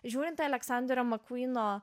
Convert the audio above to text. žiūrint aleksandrą makvyno